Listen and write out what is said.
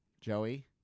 joey